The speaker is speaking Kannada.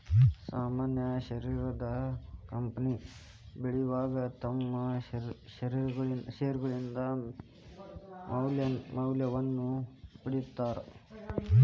ಸಾಮಾನ್ಯ ಷೇರದಾರ ಕಂಪನಿ ಬೆಳಿವಾಗ ತಮ್ಮ್ ಷೇರ್ಗಳಿಂದ ಮೌಲ್ಯವನ್ನ ಪಡೇತಾರ